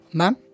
ma'am